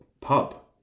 pub